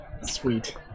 Sweet